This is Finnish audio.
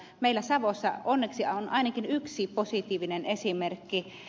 meillä savossa onneksi on ainakin yksi positiivinen esimerkki